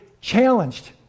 challenged